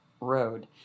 road